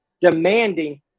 demanding